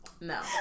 No